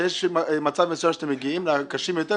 יש מצב מסוים שאתם מגיעים לקשים יותר,